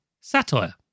satire